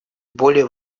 более